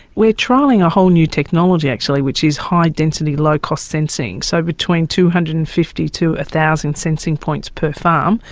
we are trialling a whole new technology actually, which is high density, low-cost sensing. so between two hundred and fifty to one thousand sensing points per farm,